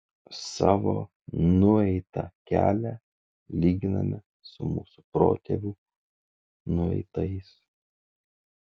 savo nueitą kelią lyginame su mūsų protėvių nueitais